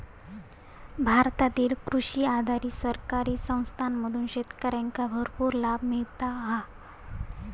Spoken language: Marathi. भारतातील कृषी आधारित सहकारी संस्थांमधून शेतकऱ्यांका भरपूर लाभ मिळता हा